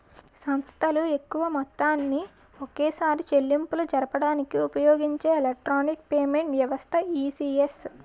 సంస్థలు ఎక్కువ మొత్తాన్ని ఒకేసారి చెల్లింపులు జరపడానికి ఉపయోగించే ఎలక్ట్రానిక్ పేమెంట్ వ్యవస్థే ఈ.సి.ఎస్